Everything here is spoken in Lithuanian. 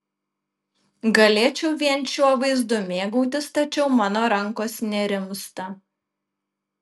galėčiau vien šiuo vaizdu mėgautis tačiau mano rankos nerimsta